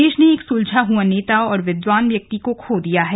देश ने एक सुलझा हुआ नेता और विद्वान व्यक्ति को खो दिया है